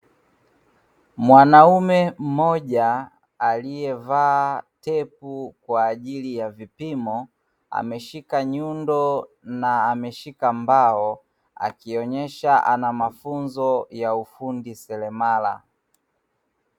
Mwanaume mmoja aliyevaa tepu kwa ajili ya vipimo, ameshika nyundo na ameshika mbao akionyesha anamafunzo ya ufundi seremala.